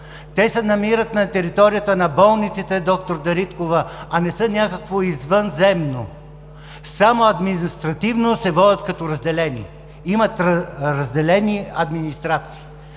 Те се намират на територията на болниците, д-р Дариткова, а не са някакво „извънземно“. Само административно се водят като разделение. Имат разделени администрации.